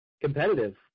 competitive